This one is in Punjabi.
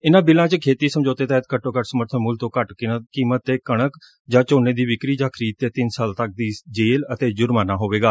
ਇਨੂੰ ਬਿੱਲਾਂ ਚ ਖੇਤੀ ਸਮਝੌਤੇ ਤਹਿਤ ਘੱਟੋ ਘੱਟ ਸਮਰਥਨ ਮੁੱਲ ਤੋ ਘੱਟ ਕੀਮਤ ਤੇ ਕਣਕ ਜਾਂ ਝੋਨੇ ਦੀ ਵਿਕਰੀ ਜਾਂ ਖਰੀਦ ਤੇ ਤਿੰਨ ਸਾਲ ਤੱਕ ਦੀ ਜੇਲ਼ ਅਤੇ ਜੁਰਮਾਨਾ ਹੋਵੇਗਾ